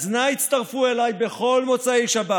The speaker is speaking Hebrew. אז נא הצטרפו אליי בכל מוצאי שבת.